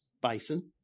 Bison